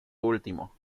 último